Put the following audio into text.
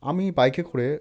আমি বাইকে করে